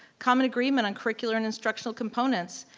common agreement on curricular and instructual components,